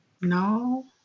no